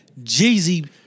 Jeezy